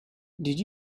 did